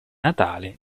natale